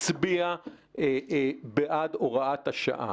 הצביע בעד הוראת השעה.